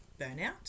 burnout